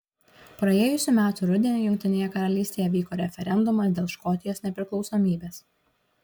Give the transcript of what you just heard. praėjusių metų rudenį jungtinėje karalystėje vyko referendumas dėl škotijos nepriklausomybės